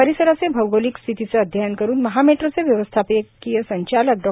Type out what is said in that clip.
परिसराचे भौगलिक स्थितीचे अध्ययन करून महा मेट्रोचे व्यवस्थापकीय संचालक डॉ